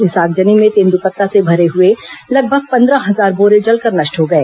इस आगजनी में तेंदूपत्ता से भरे हुए लगभग पंद्रह हजार बोरे जलकर नष्ट हो गए